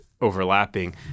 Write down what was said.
overlapping